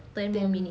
ten minutes